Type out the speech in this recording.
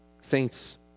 Saints